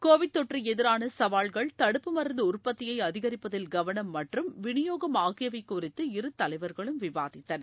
Covid தொற்றுக்கு எதிரான சவால்கள் தடுப்பு மருந்து உற்பத்தியை அதிகரிப்பதில் கவனம் மற்றும் விநியோகம் ஆகியவை குறித்து இரு தலைவர்களும் விவாதித்தனர்